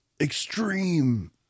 extreme